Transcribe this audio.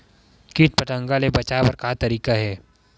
कीट पंतगा ले बचाय बर का तरीका हे?